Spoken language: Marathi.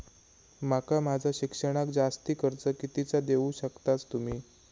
माका माझा शिक्षणाक जास्ती कर्ज कितीचा देऊ शकतास तुम्ही?